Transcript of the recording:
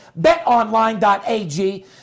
betonline.ag